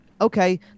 okay